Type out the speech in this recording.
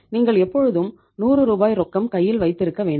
நீங்கள் எப்பொழுதும் 100 ரூபாய் ரொக்கம் கையில் வைத்திருக்க வேண்டும்